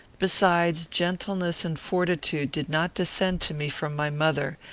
besides, gentleness and fortitude did not descend to me from my mother,